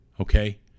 okay